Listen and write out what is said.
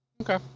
okay